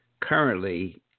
currently